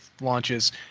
launches